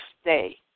stay